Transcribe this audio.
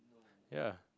ya